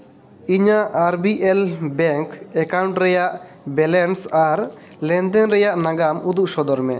ᱤᱧᱟᱹᱜ ᱟᱨᱵᱤ L bank account ᱨᱮᱭᱟᱜ balance ᱟᱨ ᱞᱮᱱᱫᱮᱱ ᱨᱮᱭᱟᱜ ᱱᱟᱜᱟᱢ ᱩᱫᱩᱜ ᱥᱚᱫᱚᱨ ᱢᱮ